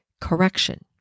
correction